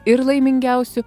ir laimingiausiu